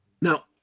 Now